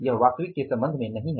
यह वास्तविक के संबंध में नहीं है